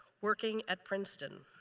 working at princeton.